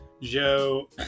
Joe